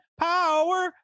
power